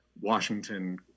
Washington